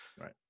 Right